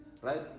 right